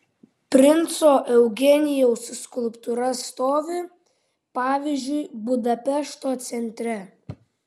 princo eugenijaus skulptūra stovi pavyzdžiui budapešto centre